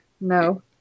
No